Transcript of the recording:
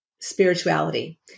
spirituality